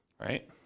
right